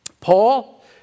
Paul